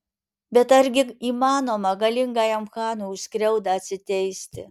bet argi įmanoma galingajam chanui už skriaudą atsiteisti